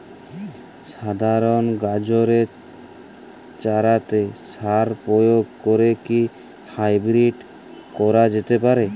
সাধারণ গাজরের চারাতে সার প্রয়োগ করে কি হাইব্রীড করা যেতে পারে?